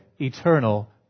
eternal